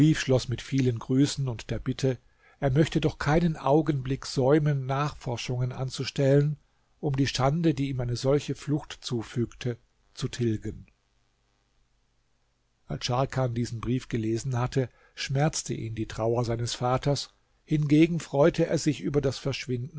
schloß mit vielen grüßen und der bitte er möchte doch keinen augenblick säumen nachforschungen anzustellen um die schande die ihm eine solche flucht zufügte zu tilgen als scharkan diesen brief gelesen hatte schmerzte ihn die trauer seines vaters hingegen freute er sich über das verschwinden